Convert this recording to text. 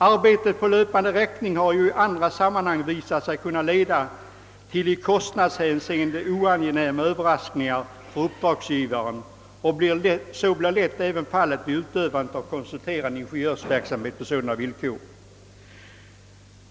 Arbetet på löpande räkning har i andra sammanhang visat sig kunna leda till i kostnadshänseende oangenäma Överraskningar för uppdragsgivaren, och så blir lätt även fallet vid utövandet av konsulterande ingenjörsverksamhet på sådana villkor.